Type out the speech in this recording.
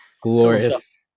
Glorious